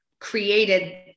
created